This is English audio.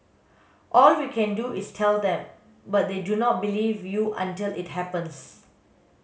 all we can do is tell them but they do not believe you until it happens